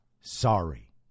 sorry